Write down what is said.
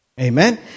Amen